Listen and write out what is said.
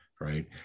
right